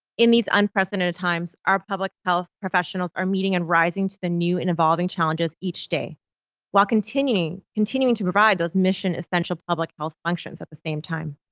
in these unprecedented times, our public health professionals are meeting and rising to the new and evolving challenges each day while continuing continuing to provide those mission essential public health functions at the same time.